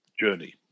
journey